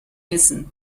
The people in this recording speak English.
listened